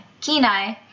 Kenai